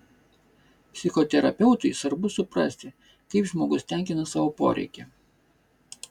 psichoterapeutui svarbu suprasti kaip žmogus tenkina savo poreikį